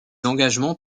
engagements